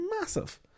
massive